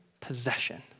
possession